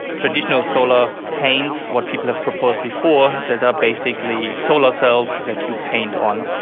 traditional solar paints, what people have proposed before that are basically solar cells that you paint on,